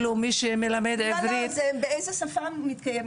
לא, לא, זה באיזה שפה מתקיים